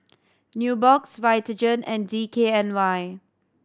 Nubox Vitagen and D K N Y